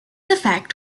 effect